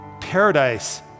paradise